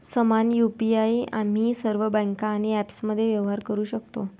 समान यु.पी.आई आम्ही सर्व बँका आणि ॲप्समध्ये व्यवहार करू शकतो